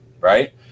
right